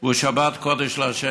הוא שבת קודש לה'.